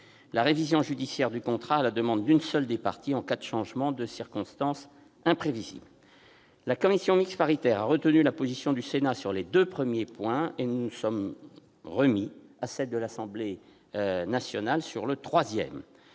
la révision judiciaire du contrat à la demande d'une seule des parties en cas de changement de circonstances imprévisible. La commission mixte paritaire a retenu la position du Sénat sur les deux premiers points et nous nous en sommes remis à celle de l'Assemblée nationale sur le troisième.